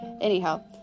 Anyhow